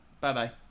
Bye-bye